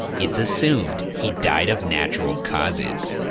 it's assumed he died of natural causes.